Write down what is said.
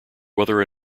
whether